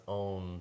own